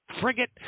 frigate